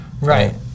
right